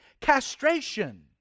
castration